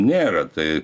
nėra tai